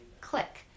Click